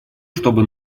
чтобы